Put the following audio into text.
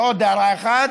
ועוד הערה אחת.